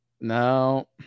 No